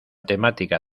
temática